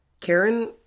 Karen